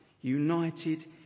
United